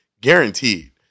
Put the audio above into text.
guaranteed